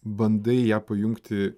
bandai ją pajungti